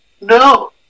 no